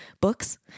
books